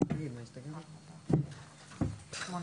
שמונה.